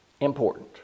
important